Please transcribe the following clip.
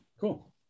Cool